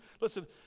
listen